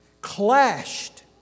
clashed